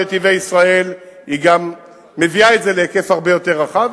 נתיבי ישראל גם מביאה את זה להיקף הרבה יותר רחב,